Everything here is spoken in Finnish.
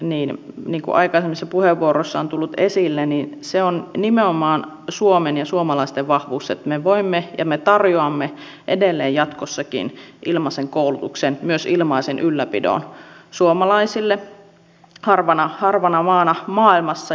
niin kuin aikaisemmissa puheenvuoroissa on tullut esille se on nimenomaan suomen ja suomalaisten vahvuus että me voimme tarjota ja me tarjoamme edelleen jatkossakin ilmaisen koulutuksen myös ilmaisen ylläpidon suomalaisille yhtenä harvoista maista maailmassa